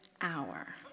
hour